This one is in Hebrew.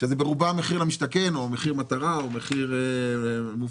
שברובם זה מחיר למשתכן או מחיר מטרה או מחיר מופחת,